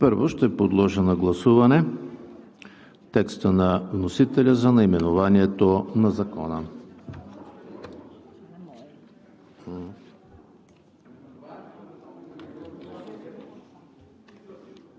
Първо ще подложа на гласуване текста на вносителя за наименованието на Закона.